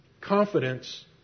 confidence